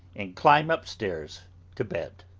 and climb up-stairs to bed.